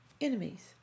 enemies